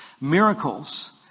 Miracles